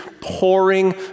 pouring